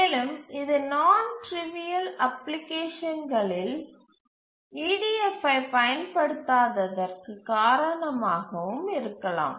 மேலும் இது நான் ட்டிரிவியல் அப்ளிகேஷன்கள் EDF ஐப் பயன்படுத்தாதற்கு காரணமாகவும் இருக்கலாம்